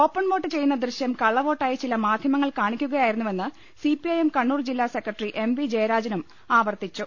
open vote ചെയ്യുന്ന ദൃശ്യം കളളവോട്ടായി ചില മാധ്യമ ങ്ങൾ കാണിക്കുകയായിരുന്നുവെന്ന് സിപിഐഎം കണ്ണൂർ ജില്ലാ സെക്രട്ടറി എം വി ജയരാജൻ ആവർത്തിച്ചു